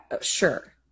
sure